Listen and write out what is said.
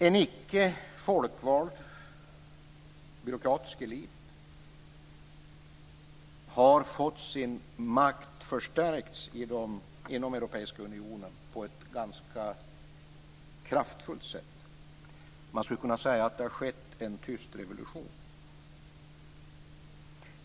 En icke folkvald byråkratisk elit har fått sin makt förstärkt inom Europeiska unionen på ett ganska kraftfullt sätt. Man skulle kunna säga att det har skett en tyst revolution.